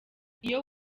iyo